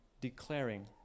declaring